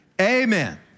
amen